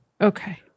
okay